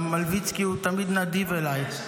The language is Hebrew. גם מלביצקי, הוא תמיד נדיב אליי.